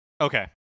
Okay